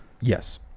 Yes